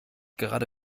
gerade